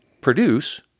produce